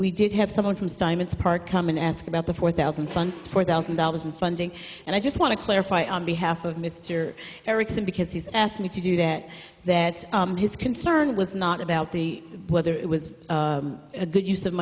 we did have someone from steinman's park come in ask about the four thousand fund four thousand dollars in funding and i just want to clarify on behalf of mr erickson because he's asked me to do that that his concern was not about the whether it was a good use of